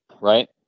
right